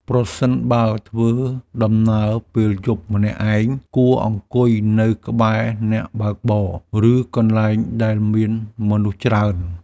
ប្រសិនបើធ្វើដំណើរពេលយប់ម្នាក់ឯង គួរអង្គុយនៅក្បែរអ្នកបើកបរ ឬកន្លែងដែលមានមនុស្សច្រើន។